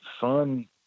fun